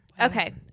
Okay